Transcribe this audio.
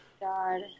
god